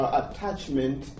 attachment